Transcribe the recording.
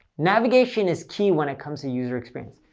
navigation is key when it comes to user experience.